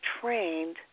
trained